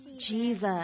jesus